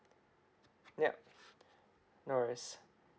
yup no worries